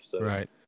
Right